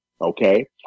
okay